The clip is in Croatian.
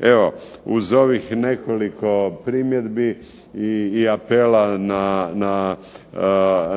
Evo uz ovih nekoliko primjedbi i apela